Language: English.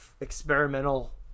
experimental